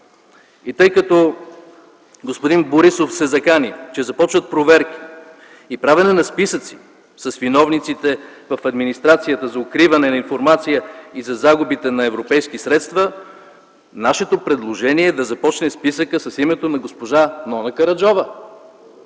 И тъй като господин Борисов се закани, че започват проверки и правене на списъци с виновниците в администрацията за укриване на информация и за загубите на европейски средства, нашето предложение е списъкът да започне с името на госпожа Нона Караджова.